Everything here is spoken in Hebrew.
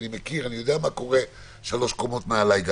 אני מכיר, אני יודע מה קורה שלוש קומות מעלי.